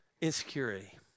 insecurity